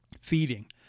feeding